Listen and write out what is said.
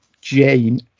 jane